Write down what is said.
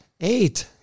Eight